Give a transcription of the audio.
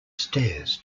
stairs